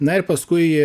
na ir paskui